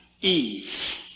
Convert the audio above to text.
Eve